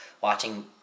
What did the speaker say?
Watching